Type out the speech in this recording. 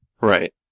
Right